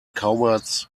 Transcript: cowards